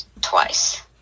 twice